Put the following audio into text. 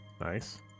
Nice